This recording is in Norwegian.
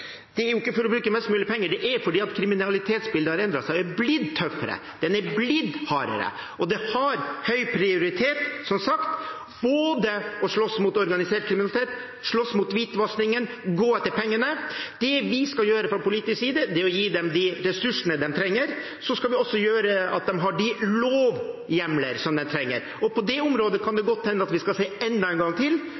Det er ikke for å bruke mest mulig penger. Det er fordi kriminalitetsbildet har endret seg – det har blitt tøffere og hardere. Vi prioriterer høyt, som sagt, det å slåss mot organisert kriminalitet og hvitvasking og det å gå etter pengene. Det vi, fra politisk hold, skal gjøre, er å gi dem de ressursene de trenger. Vi skal også sørge for at de har de lovhjemlene de trenger. På det området kan det